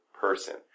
person